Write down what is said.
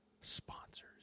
Sponsors